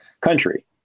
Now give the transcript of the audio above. country